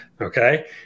Okay